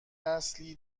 نسلی